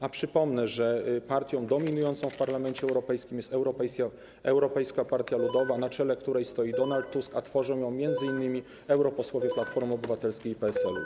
A przypomnę, że partią dominującą w Parlamencie Europejskim jest Europejska Partia Ludowa, na czele której stoi Donald Tusk, a tworzą ją m.in. europosłowie Platformy Obywatelskiej i PSL-u.